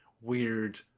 weird